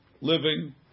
living